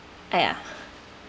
!aiya!